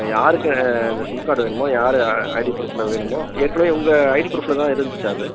யாருக்கு அந்த sim card வேணுமோ யாரு ஐடி ப்ரூஃபில் வேணுமோ ஏற்கனவே உங்கள் ஐடி ப்ரூஃபில் தான் இருந்துச்சா அது